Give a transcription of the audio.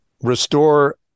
restore